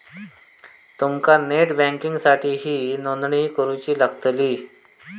तुमका नेट बँकिंगसाठीही नोंदणी करुची लागतली